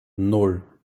nan